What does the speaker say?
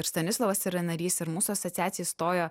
ir stanislovas yra narys ir mūsų asociacija įstojo